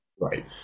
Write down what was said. Right